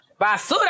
Basura